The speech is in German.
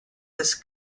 des